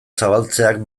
zabaltzeak